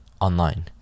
online